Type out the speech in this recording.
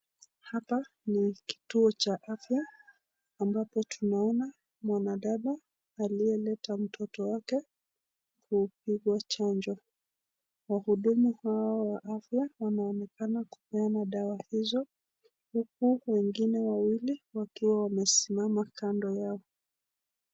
Hapa ni kituo cha afya ambapo tunaona mwanadada aliyeleta mtoto wake kupigwa chanjo. Wahudumu hao wa afya wanaonekana kupeana dawa hizo uku wengine wawili wakiwa wamesimama kando yao.